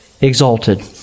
exalted